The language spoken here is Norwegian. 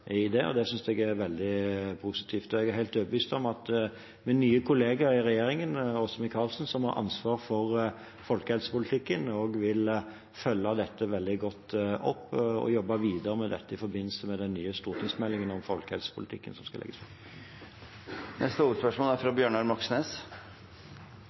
det. Det synes jeg er veldig positivt, og jeg er helt overbevist om at min nye kollega i regjeringen, Åse Michaelsen, som har ansvar for folkehelsepolitikken, vil følge dette veldig godt opp og jobbe videre med det i forbindelse med den nye stortingsmeldingen om folkehelsepolitikken som skal legges fram. Vi går til neste hovedspørsmål.